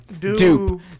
Dupe